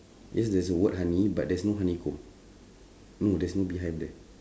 yes there's a word honey but there's no honeycomb no there's no beehive there